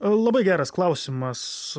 labai geras klausimas